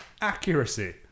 Accuracy